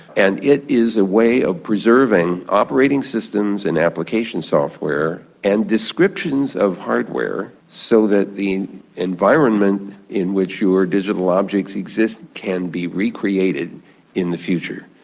and it is a way of preserving operating systems and application software and descriptions of hardware so that the environment in which your digital objects exist can be recreated in the future.